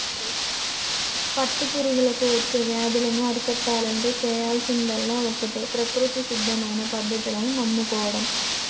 పట్టు పురుగులకు వచ్చే వ్యాధులను అరికట్టాలంటే చేయాల్సిందల్లా ఒక్కటే ప్రకృతి సిద్ధమైన పద్ధతులను నమ్ముకోడం